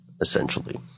essentially